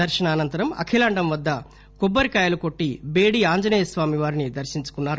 దర్శనానంతరం అఖిలాండం వద్ద కొబ్బరికాయలు కొట్టి టేడీ ఆంజనేయ స్వామివారిని దర్శించుకున్నారు